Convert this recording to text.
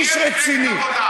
איש רציני,